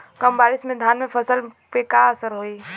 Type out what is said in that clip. कम बारिश में धान के फसल पे का असर होई?